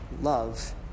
love